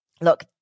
look